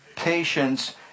patience